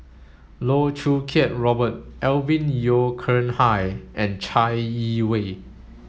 Loh Choo Kiat Robert Alvin Yeo Khirn Hai and Chai Yee Wei